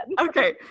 Okay